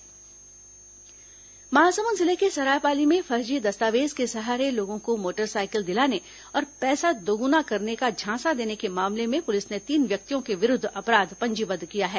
Mahasamund chit fund Mahasamund जिले के सरायपाली में फर्जी दस्तावेज के सहारे लोगों को मोटरसाइकिल दिलाने और पैसा दोगुना करने का झांसा देने के मामले में पूलिस ने तीन व्यक्तियों के विरूद्व अपराध पंजीबद्ध किया है